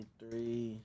three